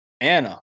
Anna